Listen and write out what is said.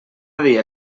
dia